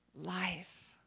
life